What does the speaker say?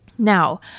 Now